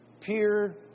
peer